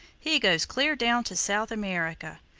he goes clear down to south america.